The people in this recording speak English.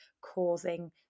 causing